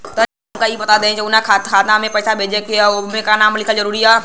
तनि हमके ई बता देही की जऊना खाता मे पैसा भेजे के बा ओहुँ बैंक के नाम लिखल जरूरी बा?